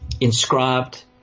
inscribed